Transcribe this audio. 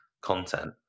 content